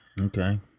Okay